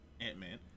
Ant-Man